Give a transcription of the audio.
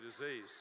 disease